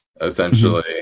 essentially